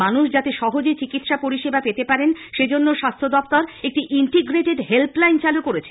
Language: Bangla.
মানুষ যাতে সহজে চিকিৎসা পরিষেবা পেতে পারেন সে জন্য স্বাস্থ্য দপ্তর একটি ইন্টিগ্রেটেড হেল্পলাইন চালু করেছে